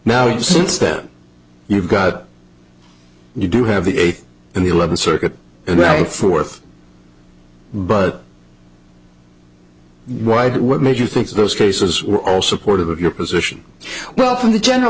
now since then you've got you do have the eighth and the eleventh circuit and fourth but why what makes you think those cases were all supportive of your position well from the general